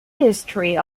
history